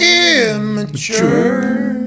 immature